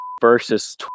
versus